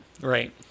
Right